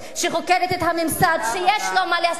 שחוקרת את הממסד שיש לו מה להסתיר.